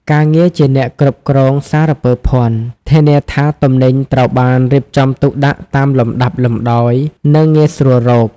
ការងារជាអ្នកគ្រប់គ្រងសារពើភ័ណ្ឌ ធានាថាទំនិញត្រូវបានរៀបចំទុកដាក់តាមលំដាប់លំដោយ និងងាយស្រួលរក។